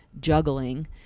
juggling